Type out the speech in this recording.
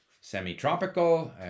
semi-tropical